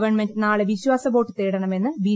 government നാളെ വിശ്വാസവോട്ട് തേടണമെന്ന് ബി